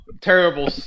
terrible